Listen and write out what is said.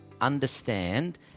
understand